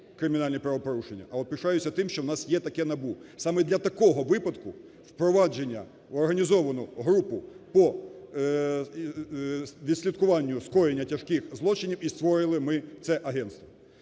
кримінальні правопорушення, але пишаюся тим, що у нас є таке НАБУ. Саме для такого випадку впровадження в організовану групу по відслідкуванню скоєння тяжких злочинів і створювали ми це агентство.